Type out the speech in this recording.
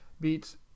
Beats